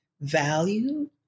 value